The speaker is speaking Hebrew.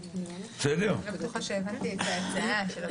אני לא בטוחה שהבנתי את ההצעה.